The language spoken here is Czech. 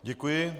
Děkuji.